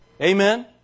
Amen